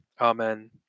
Amen